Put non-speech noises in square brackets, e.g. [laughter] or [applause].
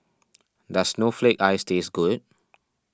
[noise] does Snowflake Ice taste good